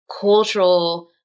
cultural